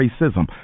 racism